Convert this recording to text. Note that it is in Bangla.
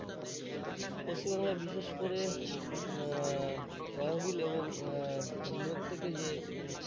পশ্চিমবাংলায় বিশেষ করে তহবিল এবং বিনিয়োগ থেকে যে